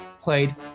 played